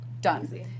Done